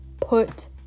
put